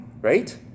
right